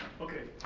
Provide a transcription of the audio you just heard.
okay,